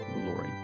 glory